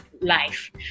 life